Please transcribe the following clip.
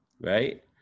right